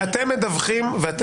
ואתם מדווחים.